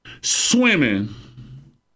swimming